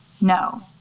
No